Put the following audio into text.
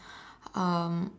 um